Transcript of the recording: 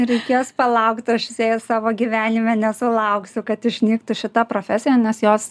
reikės palaukt aš spėju savo gyvenime nesulauksiu kad išnyktų šita profesija nes jos